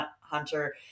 hunter